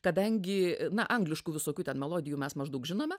kadangi na angliškų visokių ten melodijų mes maždaug žinome